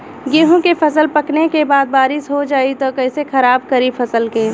गेहूँ के फसल पकने के बाद बारिश हो जाई त कइसे खराब करी फसल के?